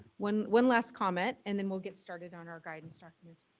one one last comment and then we'll get started on our guidance documents.